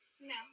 No